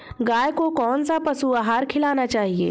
गाय को कौन सा पशु आहार खिलाना चाहिए?